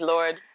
Lord